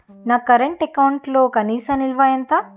నా కరెంట్ అకౌంట్లో కనీస నిల్వ ఎంత?